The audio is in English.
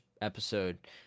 episode